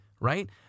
Right